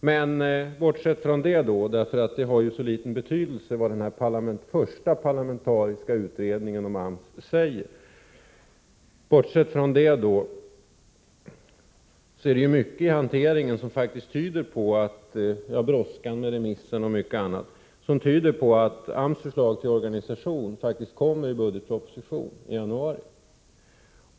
Men bortsett från detta — det har ju så liten betydelse vad den första parlamentariska utredningen om AMS säger — är det mycket i hanteringen av det här ärendet, brådskan med remissen och mycket annat, som faktiskt tyder på att AMS förslag till ny organisation kommer med i budgetpropositionen i januari.